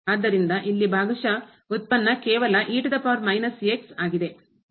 ಆದ್ದರಿಂದ ಇಲ್ಲಿ ಭಾಗಶಃ ಉತ್ಪನ್ನ ಕೇವಲ ಆಗಿದೆ